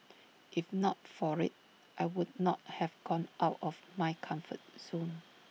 if not for IT I would not have gone out of my comfort zone